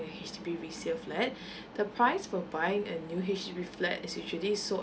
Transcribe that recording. a H_D_B resale flat the price for buying a new H_D_B flat is actually sold